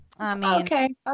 Okay